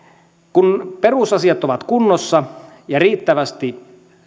kun perusasiat ovat kunnossa ja riittävästi